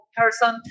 person